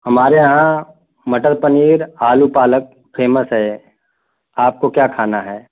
हमारे यहाँ मटर पनीर आलू पालक फेमस है आपको क्या खाना है